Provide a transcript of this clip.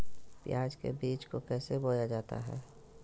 प्याज के बीज को कैसे बोया जाता है?